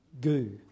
goo